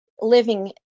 living